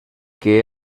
que